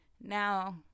now